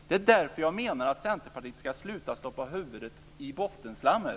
Det är därför jag menar att Centerpartiet ska sluta att stoppa huvudet i bottenslammet.